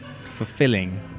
fulfilling